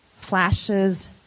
flashes